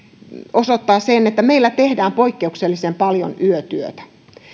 osoittaa sen että meillä tehdään poikkeuksellisen paljon yötyötä